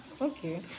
Okay